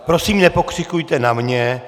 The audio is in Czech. Prosím nepokřikujte na mě.